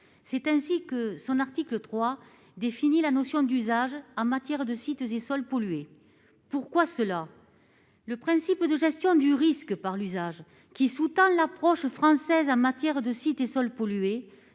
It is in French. des sols ». Son article 3 définit la notion d'usage en matière de sites et sols pollués. En effet, actuellement, le principe de gestion du risque par l'usage qui sous-tend l'approche française en matière de sites et sols pollués